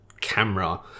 camera